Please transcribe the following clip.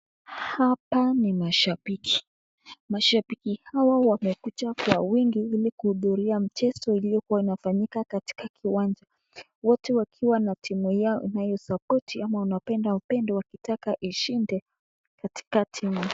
Hapa ni mashabiki. Mashabiki hawa wamekuja kwa wingi ili kuhudhuria mchezo iliyokuwa inafanyika katika kiwanja. Wote wakiwa na timu yao wanayo sapoti ama wanapenda ishinde katikati.